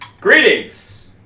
greetings